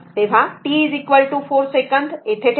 तर t 4 सेकंद येथे ठेवा